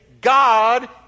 God